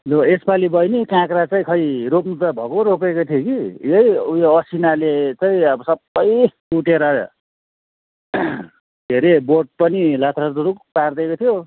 लु यसपालि बैनी काँक्रा चाहिँ खै रोप्नु त भक्कु रोपेको थियो कि यही उयो असिनाले चाहिँ अब सबै कुटेर के अरे बोट पनि लाथ्राकलुथ्रुक पारिदिएको थियो